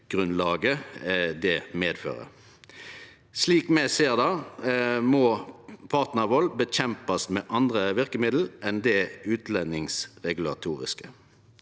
opphaldsgrunnlaget det medfører. Slik me ser det, må partnarvald kjempast mot med andre verkemiddel enn det utlendingsregulatoriske.